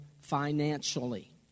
financially